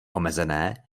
omezené